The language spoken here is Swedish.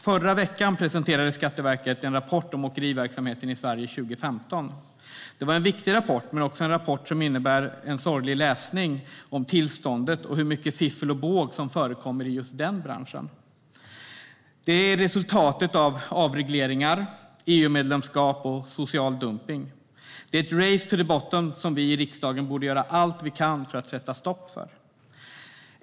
Förra veckan presenterade Skatteverket en rapport om åkeriverksamheten i Sverige 2015. Det var en viktig rapport, men också en rapport som innebär sorglig läsning om tillståndet och hur mycket fiffel och båg som förekommer i just den branschen. Det är resultatet av avregleringar, EU-medlemskap och social dumpning. Det är ett race to the bottom som vi i riksdagen borde göra allt vi kan för att sätta stopp för.